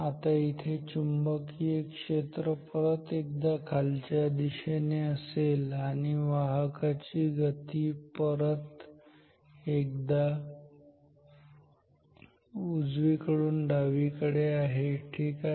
आता इथे चुंबकीय क्षेत्र परत एकदाखालच्या दिशेने असेल आणि वाहकांची गती परत एकदा उजवीकडून डावीकडे आहे ठीक आहे